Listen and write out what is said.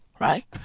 Right